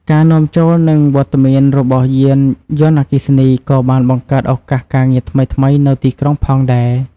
ការនាំចូល និងវត្តមានរបស់យានយន្តអគ្គីសនី ក៏បានបង្កើតឱកាសការងារថ្មីៗនៅទីក្រុងផងដែរ។